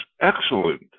excellent